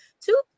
Two